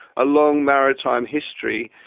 a long maritime history.